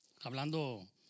Hablando